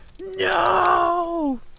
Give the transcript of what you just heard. no